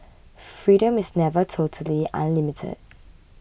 freedom is never totally unlimited